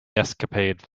escapade